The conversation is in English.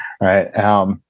right